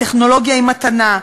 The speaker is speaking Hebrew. הטכנולוגיה היא מתנה,